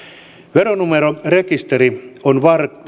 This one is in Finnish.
veronumerorekisteri on